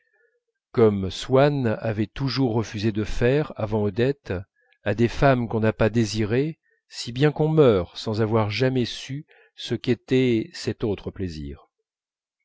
comme swann avait toujours refusé de faire avant odette à des femmes qu'on n'a pas désirées si bien qu'on meurt sans avoir jamais su ce qu'était cet autre plaisir